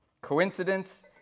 Coincidence